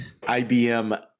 IBM